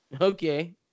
Okay